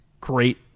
great